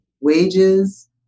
wages